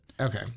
Okay